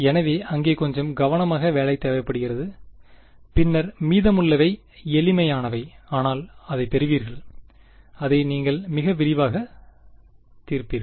எனவே அங்கே கொஞ்சம் கவனமாக வேலை தேவைப்படுகிறது பின்னர் மீதமுள்ளவை எளிமையானவை ஆனால் அதைப் பெறுவீர்கள் அதை நீங்கள் மிக விரிவாகத் தீர்ப்பீர்கள்